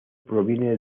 proviene